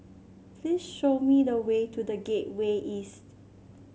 please show me the way to The Gateway East